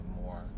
more